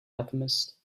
alchemist